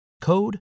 code